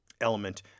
element